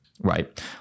right